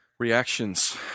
Reactions